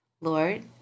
Lord